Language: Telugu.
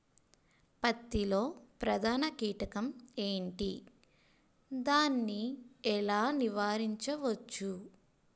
పత్తి లో ప్రధాన కీటకం ఎంటి? దాని ఎలా నీవారించచ్చు?